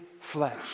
flesh